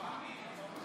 חברי הכנסת,